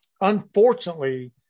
unfortunately